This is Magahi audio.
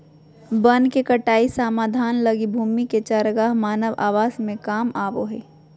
वन के कटाई समाधान लगी भूमि के चरागाह मानव आवास में काम आबो हइ